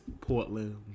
Portland